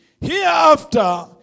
hereafter